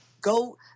Go